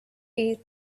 heat